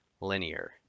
linear